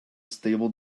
stable